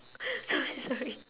sorry sorry